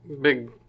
big